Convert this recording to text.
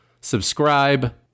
Subscribe